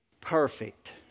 perfect